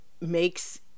makes